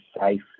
safe